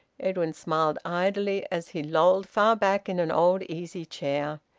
edwin smiled idly as he lolled far back in an old easy chair.